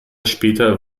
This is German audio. später